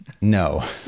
No